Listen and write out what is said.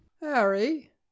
Harry